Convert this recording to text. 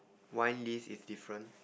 wine list is different